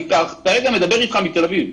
אני כרגע מדבר אתך מתל אביב.